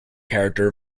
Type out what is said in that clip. character